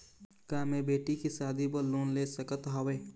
का मैं बेटी के शादी बर लोन ले सकत हावे?